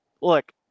Look